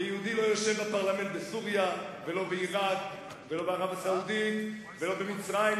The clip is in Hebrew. ויהודי לא יושב בפרלמנט בסוריה ולא בעירק ולא בערב הסעודית ולא במצרים,